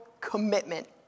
commitment